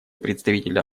представителя